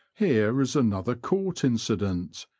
here is another court incident,